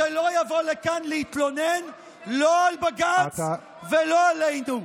שלא יבוא לכאן להתלונן לא על בג"ץ ולא עלינו.